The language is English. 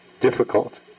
difficult